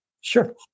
Sure